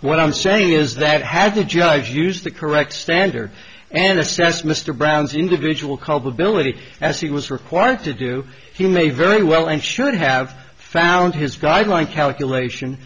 what i'm saying is that had the judge used the correct standard and assess mr brown's individual culpability as he was required to do he may very well and should have found his guideline calculation